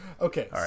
okay